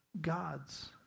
gods